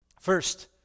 First